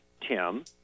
Tim